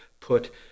put